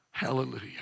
Hallelujah